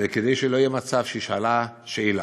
וכדי שלא יהיה מצב שהיא שאלה שאלה,